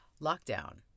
lockdown